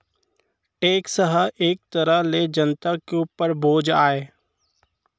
tax ह एक तरह ले जनता के उपर बोझ आय